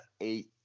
eight